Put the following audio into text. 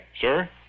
Sir